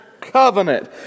covenant